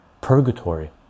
purgatory